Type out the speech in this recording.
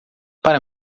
para